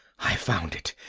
i've found it!